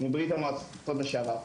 מברית המועצות לשעבר.